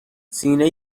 سینه